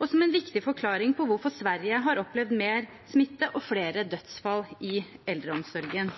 og som en viktig forklaring på hvorfor Sverige har opplevd mer smitte og flere dødsfall i eldreomsorgen.